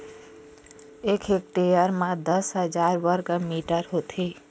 एक हेक्टेयर म दस हजार वर्ग मीटर होथे